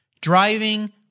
driving